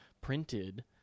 printed